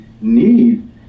need